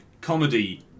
comedy